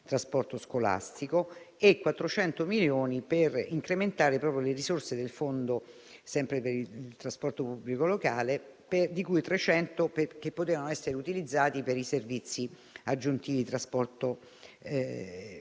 trasporto scolastico e di 400 milioni proprio per incrementare le risorse del fondo per il trasporto pubblico locale, 300 dei quali potevano essere utilizzati per i servizi aggiuntivi di trasporto